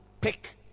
pick